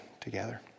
together